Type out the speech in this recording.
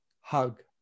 hug